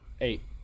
Eight